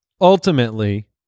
ultimately